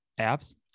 apps